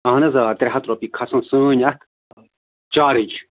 اَہن حظ آ ترٛےٚ ہَتھ رۄپیہِ کھَسَن سٲنۍ یَتھ چارٕج